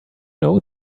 know